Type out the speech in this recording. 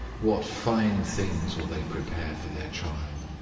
what fine things will they prepare for their child!